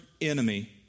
enemy